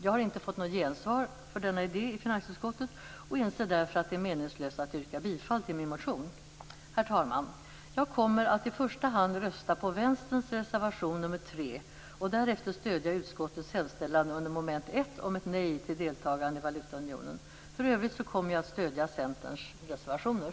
Jag har inte fått något gensvar för denna idé i finansutskottet och inser därför att det är meningslöst att yrka bifall till min motion. Herr talman! Jag kommer att i första hand rösta på Vänsterns reservation nr 3 och därefter stödja utskottets hemställan under mom. 1 om ett nej till deltagande i valutaunionen. För övrigt kommer jag att stödja centerns reservationer.